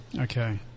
Okay